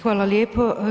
Hvala lijepo.